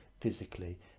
physically